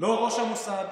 ולא ראש המוסד